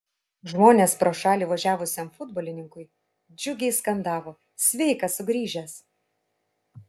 žmonės pro šalį važiavusiam futbolininkui džiugiai skandavo sveikas sugrįžęs